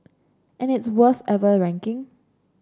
and its worst ever ranking